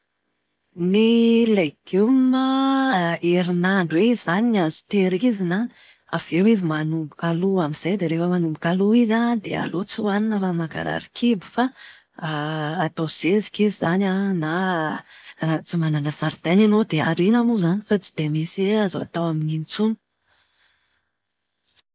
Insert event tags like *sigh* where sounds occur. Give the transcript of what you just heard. Ny legioma *hesitation* herinandro eo izy izany ny azo tahirizina. Aveo izy manomboka lo amin'izay dia rehefa manomboka lo izy an, dia aleo tsy hohanina fa mankarary kibo fa *hesitation* atao zezika izy izany an, na raha tsy manana zaridaina ianao dia ariana moa izany fa tsy dia misy hoe azo atao amin'iny intsony.